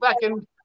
second